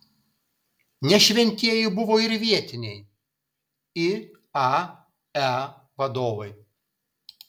ne šventieji buvo ir vietiniai iae vadovai